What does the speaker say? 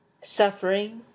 suffering